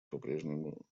попрежнему